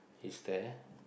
is there